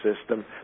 system